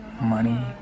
money